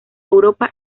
europa